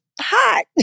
hot